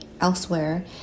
elsewhere